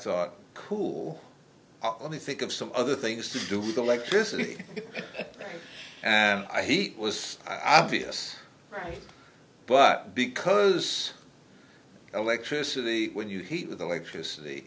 thought who'll let me think of some other things to do the electricity and i heat was obvious right but because electricity when you heat with electricity